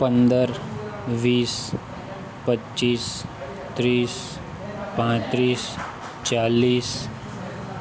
પંદર વીસ પચ્ચીસ ત્રીસ પાત્રીસ ચાલીસ